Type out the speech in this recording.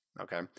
Okay